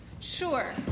Sure